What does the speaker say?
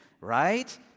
right